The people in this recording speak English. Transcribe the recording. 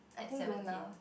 at seventeen